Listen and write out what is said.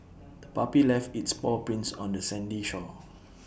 the puppy left its paw prints on the sandy shore